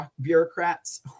bureaucrats